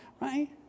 right